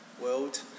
world